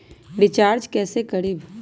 Recharge कैसे करीब?